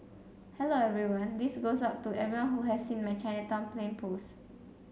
hello everyone this goes out to everyone who has seen my Chinatown plane post